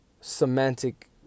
semantic